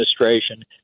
administration